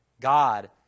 God